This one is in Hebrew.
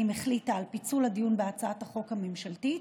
החליטה על פיצול הדיון בהצעת החוק הממשלתית.